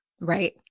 Right